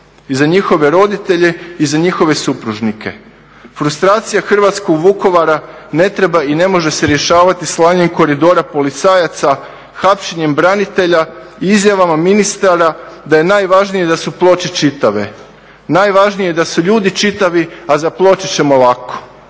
i za njihove roditelje i za njihove supružnike. Frustracija hrvatskog Vukovara ne treba i ne može se rješavati slanjem koridora policajaca, hapšenjem branitelja i izjavama ministara da je najvažnije da su ploče čitave. Najvažnije je da su ljudi čitavi a za ploče ćemo lako.